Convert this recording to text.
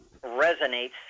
resonates